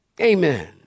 Amen